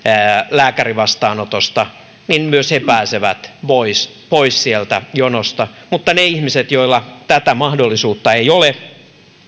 lääkärivastaanotosta pääsevät pois sieltä jonosta mutta ne ihmiset joilla tätä mahdollisuutta ei ole